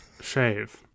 shave